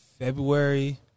February